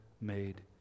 made